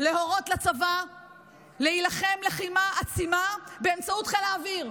להורות לצבא להילחם לחימה עצימה באמצעות חיל האוויר,